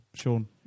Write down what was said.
Sean